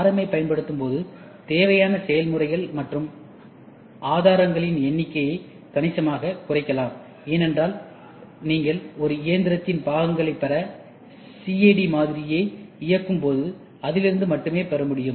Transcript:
M ஐப் பயன்படுத்தும் போது தேவையான செயல்முறைகள் மற்றும் ஆதாரங்களின் எண்ணிக்கையை கணிசமாகக் குறைக்கலாம் ஏனென்றால் நீங்கள் ஒரு இயந்திரத்தில் பாகங்களை பெற சிஏடிமாதிரியை இயக்கும்போது அதிலிருந்து மட்டுமே பெற முடியும்